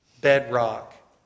bedrock